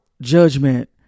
judgment